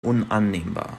unannehmbar